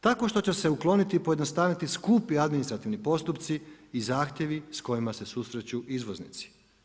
Tako što će se ukloniti i pojednostaviti skupi administrativni postupci i zahtjevi s kojima se susreću izvoznici.